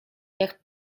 jak